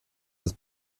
des